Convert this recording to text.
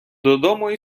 додому